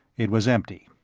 it was empty.